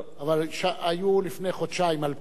אבל היו לפני חודשיים 2,000,